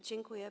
Dziękuję.